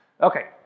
Okay